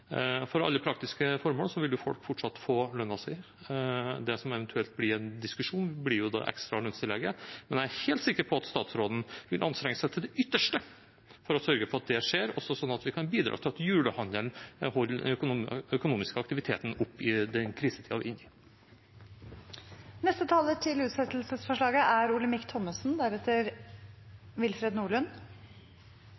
For alle praktiske formål vil folk fortsatt få lønnen sin. Det som eventuelt blir en diskusjon, blir om det ekstra lønnstillegget. Men jeg er helt sikker på at statsråden vil anstrenge seg til det ytterste for å sørge for at det skjer, også slik at vi kan bidra til at julehandelen holder den økonomiske aktiviteten oppe i den krisetiden vi er i. Fra regjeringspartienes side kan vi ikke se at det er